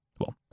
Well